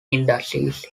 industries